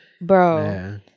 bro